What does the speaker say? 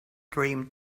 dream